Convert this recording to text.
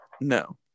No